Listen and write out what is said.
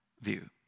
view